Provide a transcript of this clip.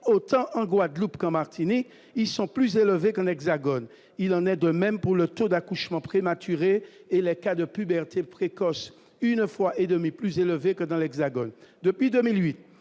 autant en Guadeloupe qu'en Martinique, ils sont plus élevés que l'Hexagone, il en est de même pour le taux d'accouchements prématurés et les cas de puberté précoce, une fois et demie plus élevé que dans l'hexagone depuis 2008,